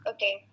Okay